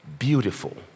Beautiful